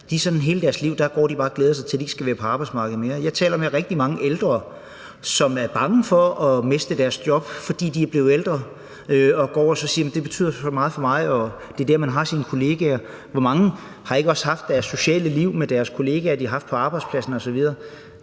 og glæder sig til, at de ikke skal være på arbejdsmarkedet mere. Jeg taler med rigtig mange ældre, som er bange for at miste deres job, fordi de er blevet ældre, og som går og siger, at det betyder meget for dem, for det er der, man har sine kollegaer. Hvor mange har ikke også haft deres sociale liv med deres kollegaer, de har haft på arbejdspladsen, osv.?